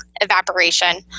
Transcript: evaporation